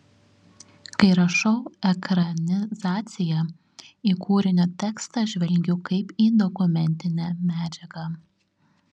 kai rašau ekranizaciją į kūrinio tekstą žvelgiu kaip į dokumentinę medžiagą